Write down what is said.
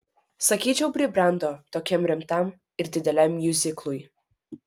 sakyčiau pribrendo tokiam rimtam ir dideliam miuziklui